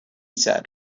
said